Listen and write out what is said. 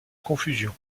confusion